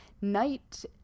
night